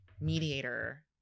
mediator